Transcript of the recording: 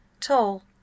Tall